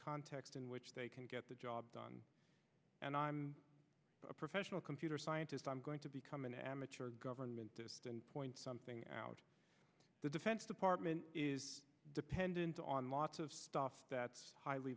context in which they can get the job done and i'm a professional computer scientist i'm going to become an amateur government and point something out the defense department is dependent on lots of stuff that's highly